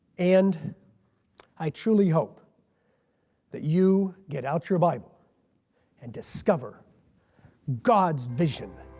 and i truly hope that you get out your bible and discover god's vision